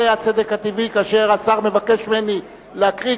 זה הצדק הטבעי: כאשר השר מבקש ממני להקריא,